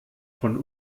von